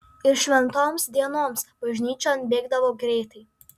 ir šventoms dienoms bažnyčion bėgdavo greitai